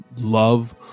love